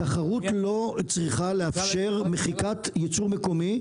התחרות לא צריכה לאפשר מחיקת יצוא מקומי,